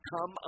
Come